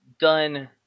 done